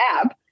app